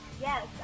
Yes